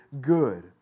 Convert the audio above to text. good